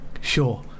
Sure